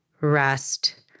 rest